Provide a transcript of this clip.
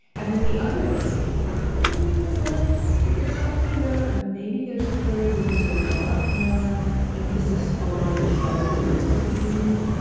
and then the other one is probably the one that you're talking about, or maybe there's a third where there's a lot more emphasis on developing lucid dreaming.